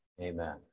Amen